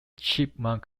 chipmunk